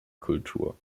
kultur